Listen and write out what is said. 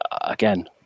again